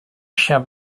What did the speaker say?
chien